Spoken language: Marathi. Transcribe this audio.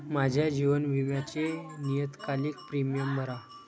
माझ्या जीवन विम्याचे नियतकालिक प्रीमियम भरा